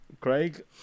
Craig